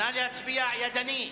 נא להצביע ידנית.